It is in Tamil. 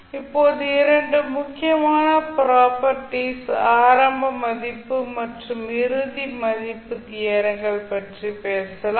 இப்போது இரண்டு முக்கியமான ப்ராப்பர்ட்டீஸ் ஆரம்ப மதிப்பு மற்றும் இறுதி மதிப்பு தியரங்கள் பற்றி பேசலாம்